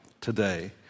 today